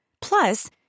Plus